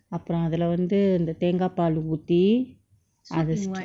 அப்புரோ அதுல வந்து இந்த தேங்கா பால் ஊத்தி அத:appuro athula vandthu indtha theengkaa paal ooththi atha str~